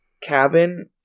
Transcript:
cabin